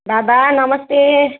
बाबा नमस्ते